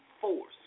force